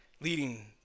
leading